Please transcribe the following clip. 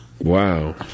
Wow